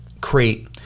create